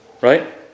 right